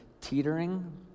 teetering